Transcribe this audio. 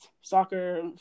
soccer